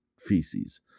feces